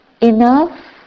enough